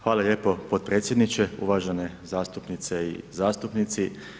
Hvala lijepo potpredsjedniče, uvažene zastupnice i zastupnici.